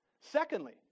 Secondly